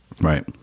Right